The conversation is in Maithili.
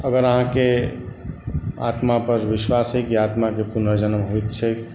अगर अहाँके आत्मा पर विश्वास अछि कि आत्माके पुनर्जन्म होइत छैक